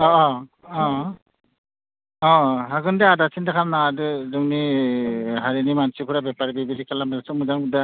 अ अ अ अ हागोन दे आदा सिन्था खालाम नाङा जोंनि हारिनि मानसिफोरा बेपारि बिदि खालामनायावसो मोजां दा